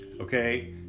Okay